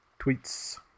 Tweets